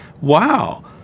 wow